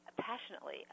passionately